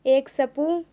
ایک سپو